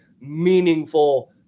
meaningful